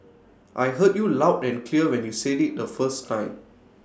I heard you loud and clear when you said IT the first time